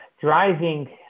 Driving